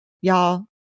y'all